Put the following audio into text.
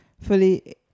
fully